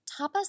tapas